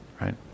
right